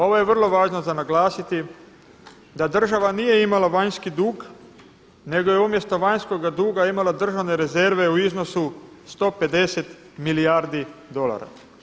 Ovo je vrlo važno za naglasiti da država nije imala vanjski dug nego je umjesto vanjskoga duga imala državne rezerve u iznosu 150 milijardi dolara.